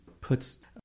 puts